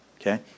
okay